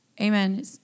Amen